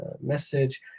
message